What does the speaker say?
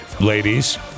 ladies